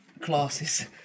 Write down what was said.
classes